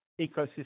ecosystem